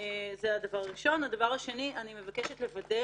ודבר שני, אני מבקשת לוודא